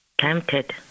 Tempted